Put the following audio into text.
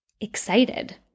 excited